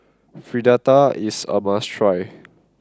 Fritada is a must try